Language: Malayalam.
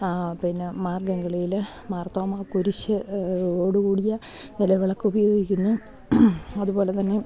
പിന്നെ മാർഗ്ഗംകളിയിൽ മാർത്തോമ കുരിശോടു കൂടിയ നിലവളക്ക് ഉപയോഗിക്കുന്നുു അതുപോലെ തന്നെ